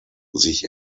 sich